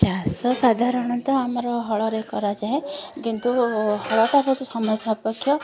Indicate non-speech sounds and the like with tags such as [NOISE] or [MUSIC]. ଚାଷ ସାଧାରଣତଃ ଆମର ହଳରେ କରାଯାଏ କିନ୍ତୁ ହଳଟା [UNINTELLIGIBLE] ସମସ୍ୟା ଅପେକ୍ଷା